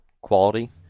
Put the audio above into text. quality